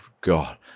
God